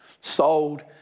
sold